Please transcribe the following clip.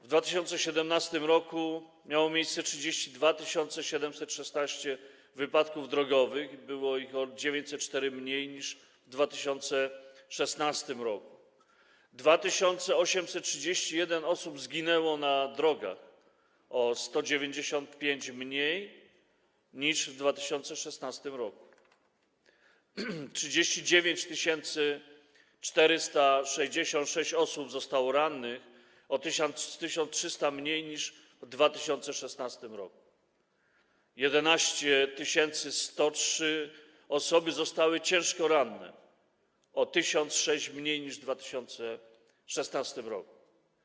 W 2017 r. miało miejsce 32 760 wypadków drogowych, było ich o 904 mniej niż w 2016 r. 2831 osób zginęło na drogach, o 195 mniej niż w 2016 r. 39 466 osób zostało rannych, o 1300 mniej niż w 2016 r. 11 103 osoby zostały ciężko ranne, o 1006 mniej niż w 2016 r.